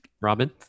robin